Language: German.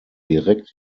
direkt